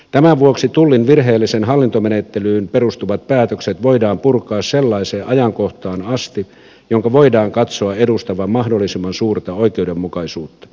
tämän vuoksi tullin virheelliseen hallintomenettelyyn perustuvat päätökset voidaan purkaa sellaiseen ajankohtaan asti jonka voidaan katsoa edustavan mahdollisimman suurta oikeudenmukaisuutta